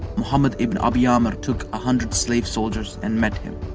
muhammad ibn abi amir took a hundred slave soldiers and met him.